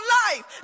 life